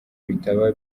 bitaba